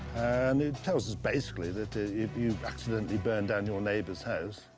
and it tells us basically that if you accidentally burn down your neighbor's house,